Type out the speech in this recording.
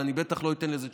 ואני בטח לא אתן לזה צ'אנס.